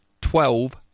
twelve